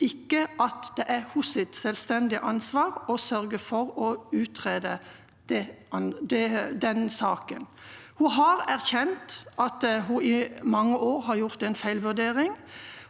ikke at det er hennes selvstendige ansvar å sørge for å utrede den saken. Hun har erkjent at hun i mange år har gjort en feilvurdering.